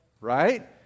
right